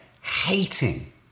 hating